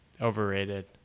overrated